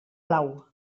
blau